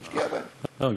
תשקיע בהם,